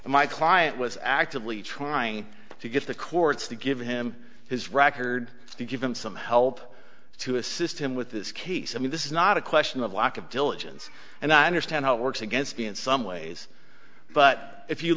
and my client was actively trying to get the courts to give him his record to give him some help to assist him with this case i mean this is not a question of lack of diligence and i understand how it works against me in some ways but if you